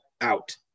out